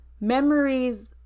memories